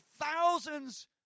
thousands